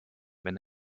wenn